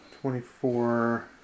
Twenty-four